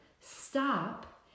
stop